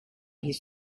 his